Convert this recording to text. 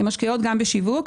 הן משקיעות גם בשיווק.